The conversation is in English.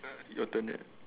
your turn right